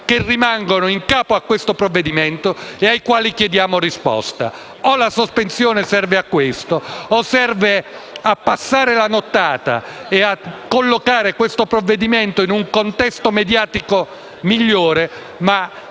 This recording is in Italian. che rimangono in capo a questo provvedimento e ai quali chiediamo risposta. Pertanto, o la sospensione serve a questo o serve a passare la nottata e a collocare il provvedimento in esame in un contesto mediatico migliore, ma